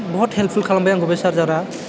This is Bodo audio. बहत हेल्डपुल खालामबाय आंखौ बे चार्जारा